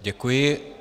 Děkuji.